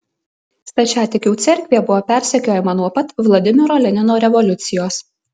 stačiatikių cerkvė buvo persekiojama nuo pat vladimiro lenino revoliucijos